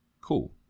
cool